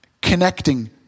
connecting